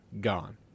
gone